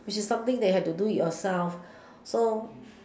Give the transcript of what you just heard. which is something that you have to do it yourself so